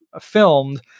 filmed